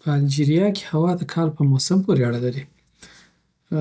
په الجیریا کې هوا د کال په موسم پورې اړه لري.